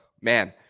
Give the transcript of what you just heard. man